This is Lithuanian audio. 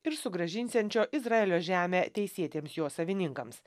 ir sugrąžinsiančio izraelio žemę teisėtiems jo savininkams